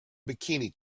bikini